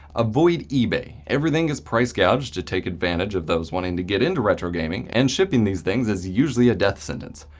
avoid ebay everything is price gouged to take advantage of those wanting to get into retro gaming, and shipping these things is usually usually a death sentence.